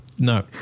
No